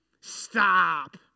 Stop